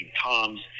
toms